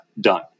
done